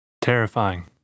Terrifying